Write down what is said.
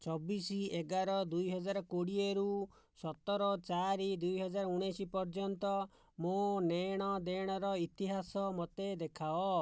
ଚବିଶ ଏଗାର ଦୁଇହଜାର କୋଡ଼ିଏରୁ ସତର ଚାରି ଦୁଇ ହଜାର ଉଣେଇଶ ପର୍ଯ୍ୟନ୍ତ ମୋ ନେଣଦେଣର ଇତିହାସ ମୋତେ ଦେଖାଅ